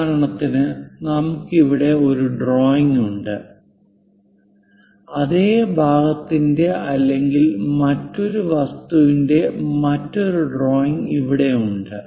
ഉദാഹരണത്തിന് നമുക്ക് ഇവിടെ ഒരു ഡ്രോയിംഗ് ഉണ്ട് അതേ ഭാഗത്തിന്റെ അല്ലെങ്കിൽ മറ്റൊരു വസ്തുവിന്റെ മറ്റൊരു ഡ്രോയിംഗ് ഇവിടെയുണ്ട്